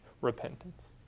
repentance